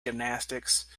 gymnastics